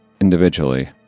individually